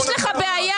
יש לך בעיה.